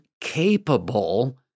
capable